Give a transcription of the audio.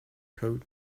code